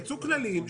יצאו כללים,